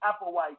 Applewhite